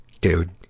Dude